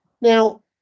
Now